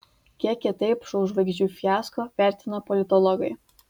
kiek kitaip šou žvaigždžių fiasko vertina politologai